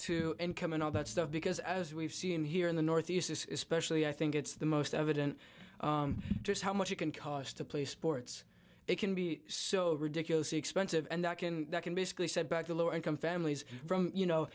to income and all that stuff because as we've seen here in the northeast this is especially i think it's the most evident just how much you can cost to play sports they can be so ridiculously expensive and that can that can basically said back to lower income families from you know